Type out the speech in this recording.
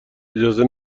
اجازه